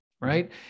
right